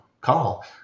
call